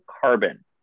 carbon